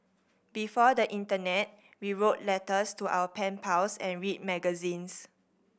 before the internet we wrote letters to our pen pals and read magazines